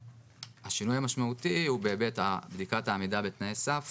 השינוי המשמעותי הוא באמת בבדיקת העמידה בתנאי סף